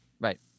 Right